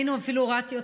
אני אפילו לא הורדתי,